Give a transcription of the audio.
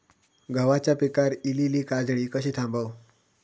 गव्हाच्या पिकार इलीली काजळी कशी थांबव?